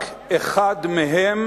רק אחד מהם